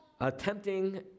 attempting